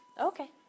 Okay